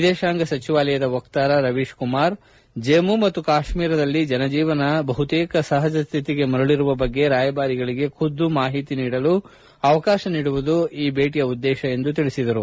ವಿದೇಶಾಂಗ ವ್ಲವಹಾರಗಳ ಸಚಿವಾಲಯದ ವಕ್ತಾರ ರವೀಶ್ ಕುಮಾರ್ ಜಮ್ನು ಮತ್ತು ಕಾಶ್ನೀರದಲ್ಲಿ ಜನಜೀವನ ಬಹುತೇಕ ಸಹಜ ಸ್ಹಿತಿಗೆ ಮರಳಿರುವ ಬಗ್ಗೆ ರಾಯಭಾರಿಗಳಿಗೆ ಖುದ್ದು ಮಾಹಿತಿ ಪಡೆಯಲು ಅವಕಾಶ ನೀಡುವುದು ಈ ಭೇಟಿಯ ಉದ್ದೇಶ ಎಂದು ತಿಳಿಸಿದ್ದಾರೆ